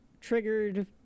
triggered